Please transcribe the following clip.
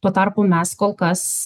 tuo tarpu mes kol kas